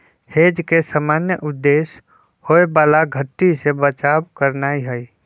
hedge के सामान्य उद्देश्य होयबला घट्टी से बचाव करनाइ हइ